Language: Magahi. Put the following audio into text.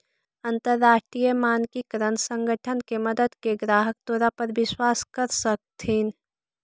अंतरराष्ट्रीय मानकीकरण संगठन के मदद से ग्राहक तोरा पर विश्वास कर सकतथीन